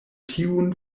tiun